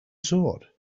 sort